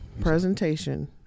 presentation